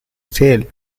sale